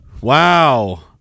Wow